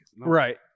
right